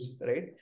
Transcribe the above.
Right